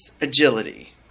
agility